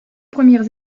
premières